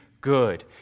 good